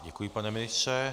Děkuji, pane ministře.